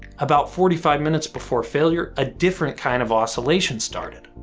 about forty five minutes before failure, a different kind of oscillation started.